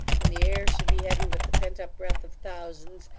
when the air should be heavy with the pent-up breath of thousands,